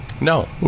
No